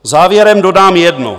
Závěrem dodám jedno.